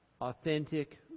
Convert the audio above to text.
authentic